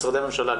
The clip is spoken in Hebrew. משרדי הממשלה,